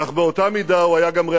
אך באותה מידה הוא היה גם ריאליסט,